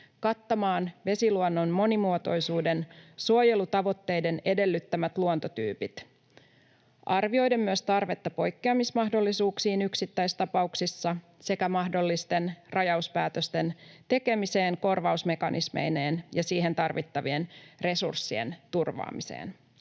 kattamaan vesiluonnon monimuotoisuuden suojelutavoitteiden edellyttämät luontotyypit arvioiden myös tarvetta poikkeamismahdollisuuksiin yksittäistapauksissa sekä mahdollisten rajauspäätösten tekemiseen korvausmekanismeineen ja siihen tarvittavien resurssien turvaamiseen.”